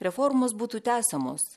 reformos būtų tęsiamos